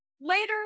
later